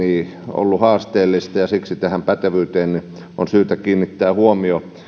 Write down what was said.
ollut haasteellista ja siksi tähän pätevyyteen on syytä kiinnittää huomio